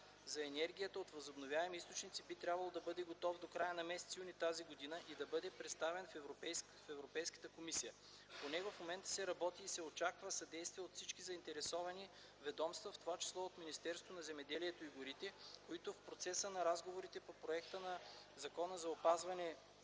за енергията от възобновяеми източници би трябвало да бъде готов до края на м. юни т.г. и да бъде представен в Европейската комисия. По него в момента се работи и се очаква съдействие от всички заинтересовани ведомства, в това число и от Министерството на земеделието и горите, които в процеса на разговорите по проекта на Закона за опазване